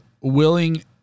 willing